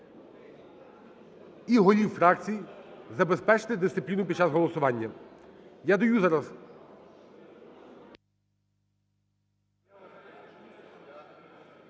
і голів фракцій забезпечити дисципліну під час голосування. Я даю зараз…